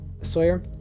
Sawyer